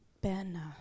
Ben